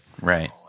Right